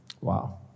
wow